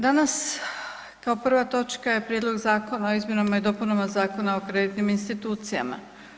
Danas kao prva točka je Prijedlog zakona o izmjenama i dopunama Zakona o kreditnim institucijama.